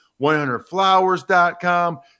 100flowers.com